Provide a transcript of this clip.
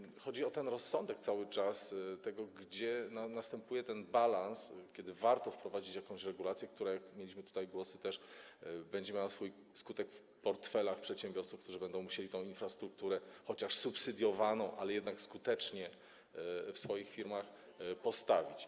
Cały czas chodzi o ten rozsądek, o to, gdzie następuje ten balans, kiedy warto wprowadzić jakąś regulację, która - mieliśmy tutaj też głosy - będzie miała swój skutek w portfelach przedsiębiorców, którzy będą musieli tę infrastrukturę - chociaż subsydiowaną, ale jednak - skutecznie w swoich firmach postawić.